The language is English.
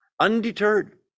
Undeterred